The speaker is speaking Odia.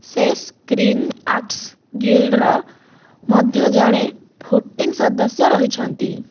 ସେସ୍ କ୍ରିନ୍ ଆକ୍ସ ଗିଲ୍ଡର ମଧ୍ୟ ଜଣେ ଭୋଟିଂ ସଦସ୍ୟ ରହିଛନ୍ତି